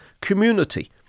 community